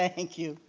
thank you.